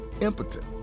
impotent